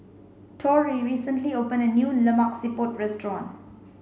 Torie recently opened a new Lemak Siput restaurant